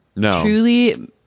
truly